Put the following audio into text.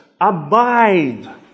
abide